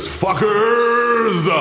fuckers